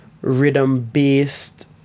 rhythm-based